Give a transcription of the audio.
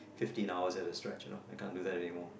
fifteen hours at a stretch you know I can't do that anymore